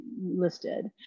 listed